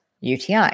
UTI